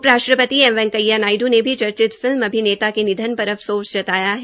उप राष्ट्रपति एम वैकेंया नायड् ने भी चर्चित फिल्म अभिनेता के निधन पर अफसोस जताया है